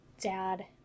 dad